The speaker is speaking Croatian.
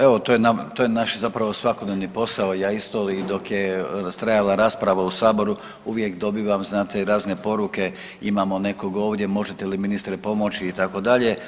Evo to je naš zapravo svakodnevni posao, ja isto i dok je trajala rasprava u saboru uvijek dobivam znate i razne poruke, imam nekog ovdje možete li ministre pomoći itd.